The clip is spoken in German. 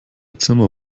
zimmer